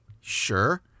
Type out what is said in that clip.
sure